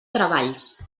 treballs